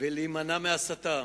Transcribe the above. ולהימנע מהסתה.